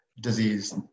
disease